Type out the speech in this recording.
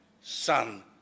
son